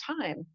time